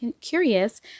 curious